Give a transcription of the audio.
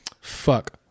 Fuck